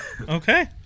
Okay